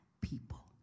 people